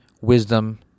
wisdom